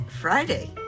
Friday